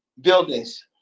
buildings